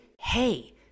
hey